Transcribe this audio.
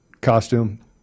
costume